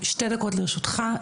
שתי דקות לרשותך,